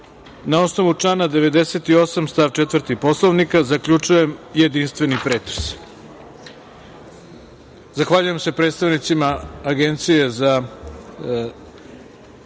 na osnovu člana 98. stav 4. Poslovnika zaključujem jedinstveni pretres. Zahvaljujem se predstavnicima Agencije za